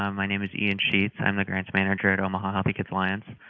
um my name is ian sheets. i am the branch manager at omaha healthy kids alliance.